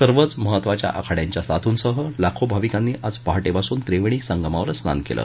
सर्वच महत्त्वाच्या आखाड्यांच्या साधूंसह लाखो भाविकांनी आज पहाटेपासून त्रिवेणी संगमावर स्नान केलं